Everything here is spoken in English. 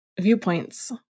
viewpoints